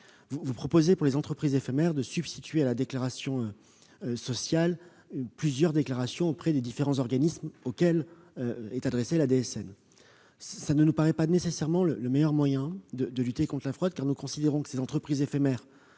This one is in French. Vous proposez pour les entreprises éphémères de substituer à la DSN plusieurs déclarations auprès des différents organismes auxquels est normalement adressée la DSN. Cela ne nous paraît pas nécessairement être le meilleur moyen de lutter contre la fraude. Nous considérons en effet que les entreprises éphémères